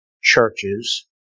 churches